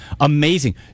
amazing